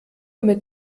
mit